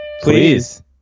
Please